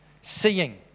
seeing